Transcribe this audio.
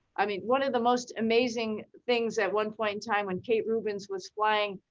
i mean, one of the most amazing things at one point in time when kate rubins was flying,